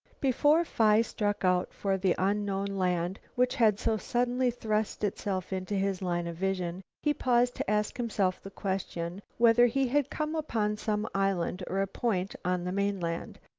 before phi struck out for the unknown land which had so suddenly thrust itself into his line of vision, he paused to ask himself the question whether he had come upon some island or a point on the mainland.